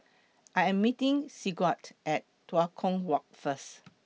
I Am meeting Sigurd At Tua Kong Walk First